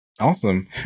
Awesome